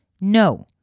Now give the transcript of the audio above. no